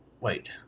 Wait